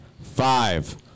five